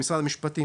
במשרד המשפטים,